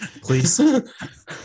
Please